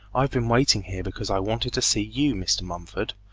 i've been waiting here because i wanted to see you, mr. mumford.